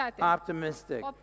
optimistic